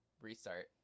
restart